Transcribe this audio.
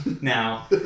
now